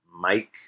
Mike